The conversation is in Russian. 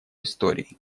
истории